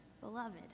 beloved